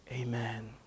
Amen